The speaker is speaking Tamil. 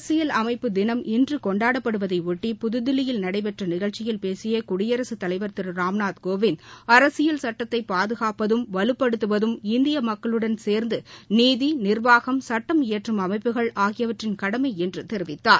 அரசியல் அமைப்பு தினம் இன்று கொண்டாடப்படுவதையொட்டி புதுதில்லியில் நடைபெற்ற நிகழ்ச்சியில் பேசிய குடியரசுதலைவர் திரு ராம்நாத் கோவிந்த் அரசியல் சட்டத்தை பாதுகாப்பதும் வலுப்படுத்துவதும் இந்திய மக்களுடன் சேன்ந்து நீதி நிர்வாகம் சுட்டம் இயற்றும் அமைப்புகள் ஆகியவற்றின் கடமை என்று தெரிவித்தார்